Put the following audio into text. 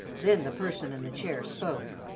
then the person in the chair spoke.